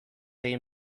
egin